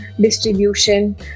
distribution